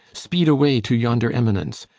speed away to yonder eminence!